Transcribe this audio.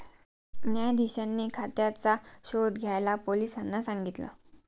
न्यायाधीशांनी खात्याचा शोध घ्यायला पोलिसांना सांगितल